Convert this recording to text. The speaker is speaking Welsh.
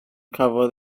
cafodd